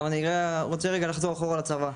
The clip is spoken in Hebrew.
אני רוצה לחזור אחורה לצבא.